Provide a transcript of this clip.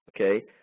okay